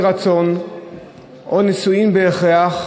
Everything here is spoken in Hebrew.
מי אחריו,